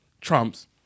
Trumps